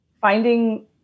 finding